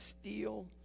steal